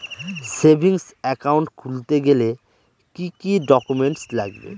Savings account খুলতে গেলে কি কি ডকুমেন্টস লাগবে?